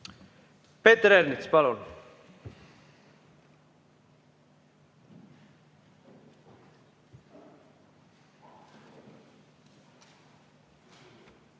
Peeter Ernits, palun!